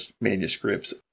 manuscripts